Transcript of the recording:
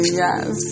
yes